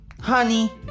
honey